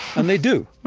and they do.